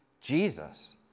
Jesus